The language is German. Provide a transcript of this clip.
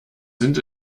sind